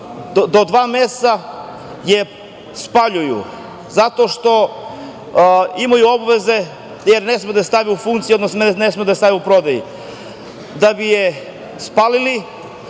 do dva meseca je spaljuju. Zato što imaju obaveze, jer ne smeju da je stave u funkciju, odnosno ne smeju da je stavljaju u prodaju. Da bi je spalili,